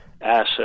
asset